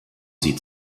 sie